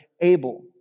Abel